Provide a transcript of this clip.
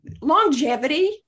longevity